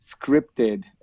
scripted